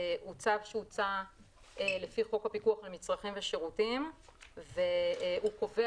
הוא צו שהוצא לפי חוק הפיקוח על מצרכים ושירותים והוא קובע